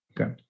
Okay